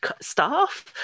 staff